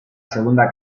segunda